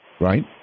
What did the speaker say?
Right